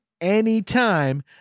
anytime